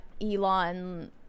Elon